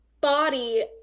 body